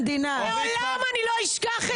לעולם אני לא אשכח את זה.